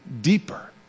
deeper